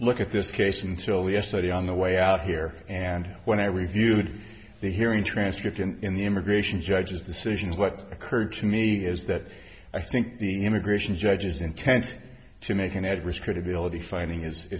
look at this case until yesterday on the way out here and when i reviewed the hearing transcript and in the immigration judges decisions what occurred to me is that i think the immigration judges intend to make an at risk credibility finding is